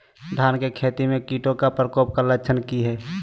धान की खेती में कीटों के प्रकोप के लक्षण कि हैय?